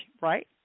right